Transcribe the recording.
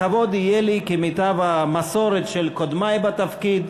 לכבוד יהיה לי, כמיטב המסורת של קודמי בתפקיד,